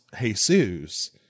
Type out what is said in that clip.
Jesus